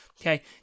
Okay